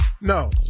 No